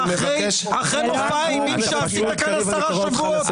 אחרי מופע האימים שעשית כאן עשרה שבועות.